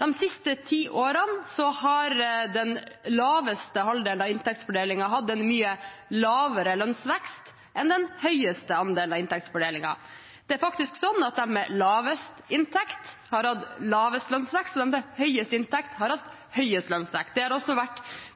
De siste ti årene har den laveste halvdelen av inntektsfordelingen hatt en mye lavere lønnsvekst enn den høyeste andelen av inntektsfordelingen. Det er faktisk sånn at de med lavest inntekt har hatt lavest lønnsvekst, og de med høyest inntekt har hatt høyest lønnsvekst. Det har også